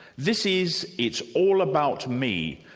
this is it's all about me,